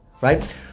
right